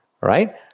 right